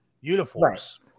uniforms